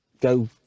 go